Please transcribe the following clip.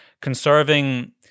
conserving